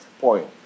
point